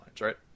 right